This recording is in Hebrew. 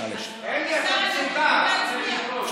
כל הכבוד, אלי.